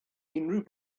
unrhyw